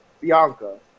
Bianca